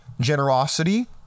Generosity